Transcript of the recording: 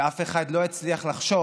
ואף אחד לא הצליח לחשוב,